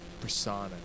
persona